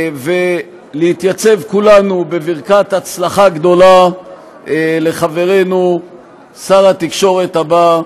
ולהתייצב כולנו בברכת הצלחה גדולה לחברנו שר התקשורת הבא,